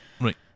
Right